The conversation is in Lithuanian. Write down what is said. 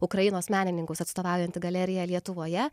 ukrainos menininkus atstovaujanti galerija lietuvoje